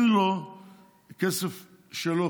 כמעט אין לו כסף שלו,